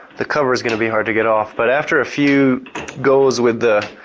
the cover is going to be hard to get off, but after a few go's with the